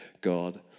God